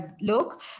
look